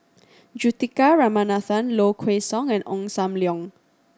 Juthika Ramanathan Low Kway Song and Ong Sam Leong